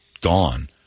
gone